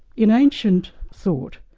in ancient thought,